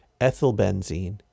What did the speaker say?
ethylbenzene